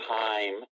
time